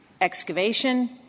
Excavation